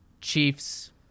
Chiefs